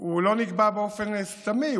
לא נקבע באופן סתמי.